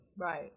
Right